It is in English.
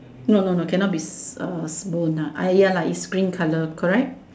no no no cannot be bone ah I ya lah it's green color correct